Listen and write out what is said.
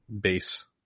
base